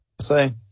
say